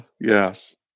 Yes